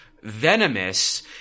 venomous